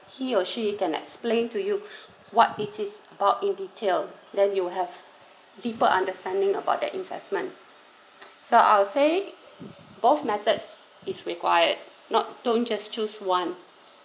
he or she can explain to you what it is about in detail then you will have deeper understanding about that investment so I'll say both method is required not don't just choose one